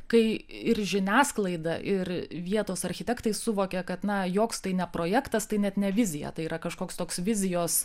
kai ir žiniasklaida ir vietos architektai suvokė kad na joks tai ne projektas tai net ne vizija tai yra kažkoks toks vizijos